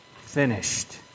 finished